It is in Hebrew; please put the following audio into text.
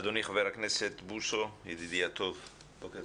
אדוני חבר הכנסת בוסו, ידידי הטוב.